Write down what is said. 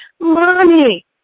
Mommy